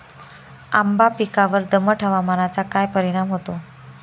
आंबा पिकावर दमट हवामानाचा काय परिणाम होतो?